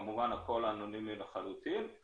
כמובן, הכול אנונימי לחלוטין.